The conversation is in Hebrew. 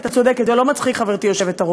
את צודקת, זה לא מצחיק, חברתי היושבת-ראש.